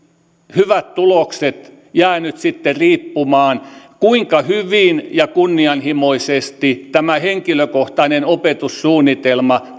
hyvät tulokset jäävät nyt sitten riippumaan siitä kuinka hyvin ja kunnianhimoisesti tämä henkilökohtainen opetussuunnitelma